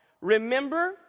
remember